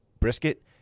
Brisket